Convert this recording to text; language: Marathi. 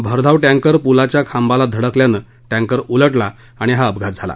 भरधाव टँकर पुलाच्या खांबाला धडकल्यानं टँकरचा उलटला आणि हा अपघात झाला